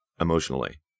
emotionally